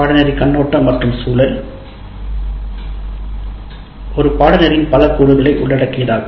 பாடநெறி கண்ணோட்டம் மற்றும் சூழல் ஒரு பாடநெறியின் பல கூறுகளை உள்ளடக்கியதாகும்